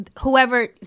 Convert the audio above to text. whoever